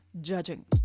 judging